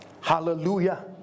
Hallelujah